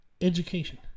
Education